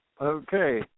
Okay